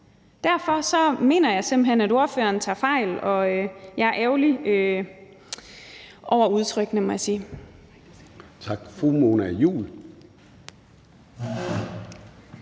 Derfor mener jeg simpelt hen, at ordføreren tager fejl, og jeg er ærgerlig over udtrykkene,